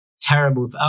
terrible